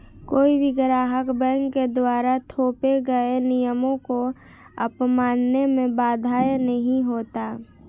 कोई भी ग्राहक बैंक के द्वारा थोपे गये नियमों को अपनाने में बाध्य नहीं होता